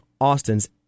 Austin's